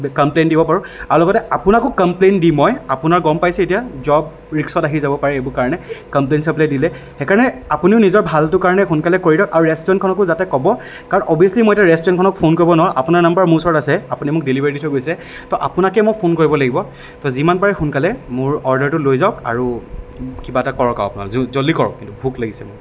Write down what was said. complain দিব পাৰোঁ আৰু লগতে আপোনাকো কমপ্লেইন দি মই আপোনাৰ গম পাইছেই এতিয়া জব ৰিক্সত আহি যাব পাৰে এইবোৰ কাৰণে কমপ্লেইন চমপ্লেইন দিলে সেইকাৰণে আপুনিও নিজৰ ভালটোৰ কাৰণে সোনকালে কৰি দিয়ক আৰু ৰেষ্টুৰেণ্টখনকো যাতে ক'ব কাৰণ অভিয়াছলি মই এতিয়া ৰেষ্টুৰেণ্টখনক ফোন কৰিব নোৱাৰোঁ আপোনাৰ নম্বৰ মোৰ ওচৰত আছে আপুনি মোক ডেলিভাৰী দি থৈ গৈছে তো আপোনাকেই মই ফোন কৰিব লাগিব তো যিমান পাৰে সোনকালে মোৰ অৰ্ডাৰটো লৈ যাওক আৰু কিবা এটা কৰক আৰু জ জল্দি কৰক মোৰ ভোক লাগিছে